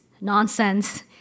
nonsense